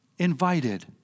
Invited